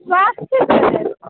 स्वास्थ्यके